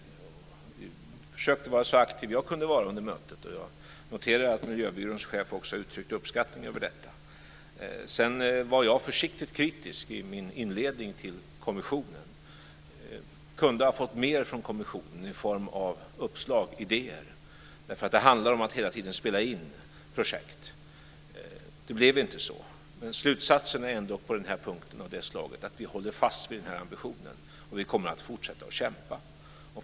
Jag försökte att vara så aktiv som möjligt under mötet. Jag noterade att miljöbyråns chef också uttryckte uppskattning över detta. Sedan var jag försiktigt kritisk till kommissionen i min inledning. Vi kunde ha fått mer från kommissionen i form av uppslag och idéer. Det handlar om att hela tiden spela in projekt. Det blev inte så. Men slutsatsen på den här punkten är ändå av det slaget att vi håller fast vid den här ambitionen. Vi kommer att fortsätta att kämpa.